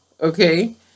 okay